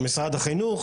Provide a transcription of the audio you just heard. משרד החינוך?